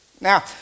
Now